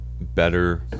better